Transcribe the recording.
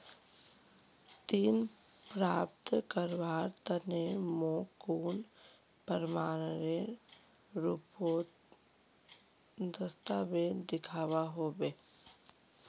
ऋण प्राप्त करवार तने मोक कुन प्रमाणएर रुपोत दस्तावेज दिखवा होबे?